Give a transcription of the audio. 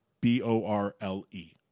B-O-R-L-E